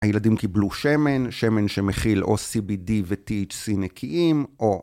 הילדים קיבלו שמן, שמן שמכיל או CBD וTHC נקיים או